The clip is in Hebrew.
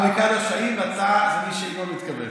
אבי קדוש, האם אתה מי שינון התכוון?